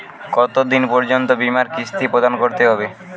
কতো দিন পর্যন্ত বিমার কিস্তি প্রদান করতে হবে?